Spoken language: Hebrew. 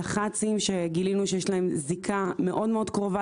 דח"צים שגילינו שיש להם זיקה מאוד מאוד קרובה